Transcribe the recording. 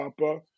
Papa